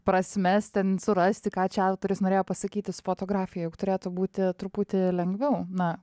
prasmes ten surasti ką čia autorius norėjo pasakyti fotografija juk turėtų būti truputį lengviau na